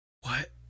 What